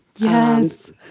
Yes